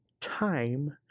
time